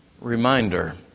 reminder